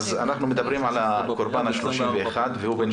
אנחנו מדברים על הקורבן ה-31 והוא בן